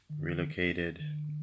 relocated